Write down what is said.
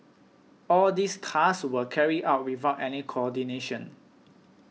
all these tasks were carried out without any coordination